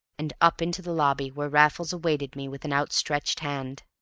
and up into the lobby where raffles awaited me with an outstretched hand.